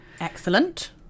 Excellent